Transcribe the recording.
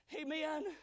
Amen